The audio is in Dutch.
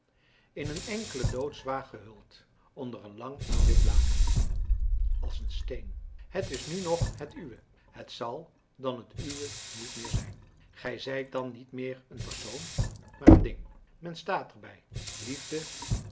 in een enkele doodswa gehuld onder een lang wit laken als een steen het is nu nog het uwe het zal dan het uwe niet meer zijn gij zijt dan niet meer een persoon maar een ding men staat er bij liefde